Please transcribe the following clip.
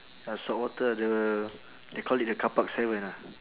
uh saltwater the they call it the carpark seven ah